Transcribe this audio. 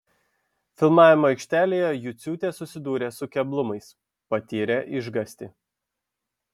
filmavimo aikštelėje juciūtė susidūrė su keblumais patyrė išgąstį